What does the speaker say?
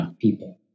people